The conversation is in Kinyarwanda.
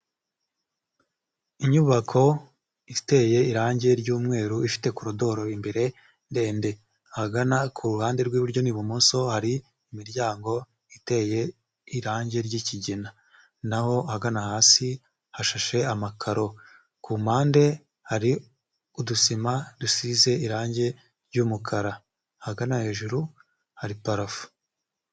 Inyubako iteye irangi ry'umweru ifite korodoro imbere ndende, ahagana ku ruhande rw'iburyo n'ibumoso hari imiryango iteye irangi ry'ikigina, naho ahagana hasi hashashe amakaro, ku mpande hari udusima dusize irangi ry'umukara, ahagana hejuru hari parafo.